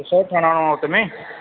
resort ठाराइणो आहे उते में